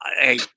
hey